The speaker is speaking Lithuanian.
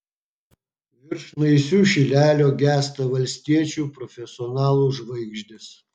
virš naisių šilelio gęsta valstiečių profesionalų žvaigždės